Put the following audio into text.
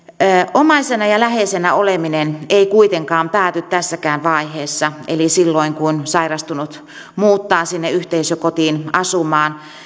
omaisena ja läheisenä oleminen ei kuitenkaan pääty tässäkään vaiheessa eli silloin kun sairastunut muuttaa sinne yhteisökotiin asumaan